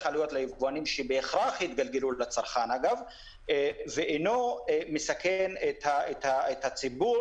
עלויות ליבואנים שבהכרח יתגלגלו לצרכן ואינו מסכן את הציבור.